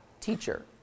teacher